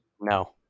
No